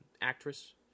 actress